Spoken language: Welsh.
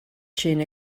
trin